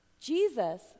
Jesus